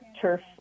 turf